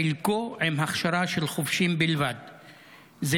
חלקו עם הכשרה של חובשים בלבד"; "זה